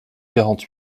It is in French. quarante